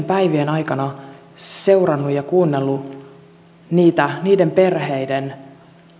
päivien aikana seurannut ja kuunnellut niiden perheiden